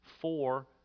four